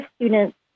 students